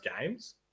games